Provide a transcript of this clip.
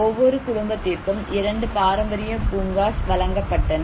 ஒவ்வொரு குடும்பத்திற்கும் 2 பாரம்பரிய பூங்காஸ் வழங்கப்பட்டன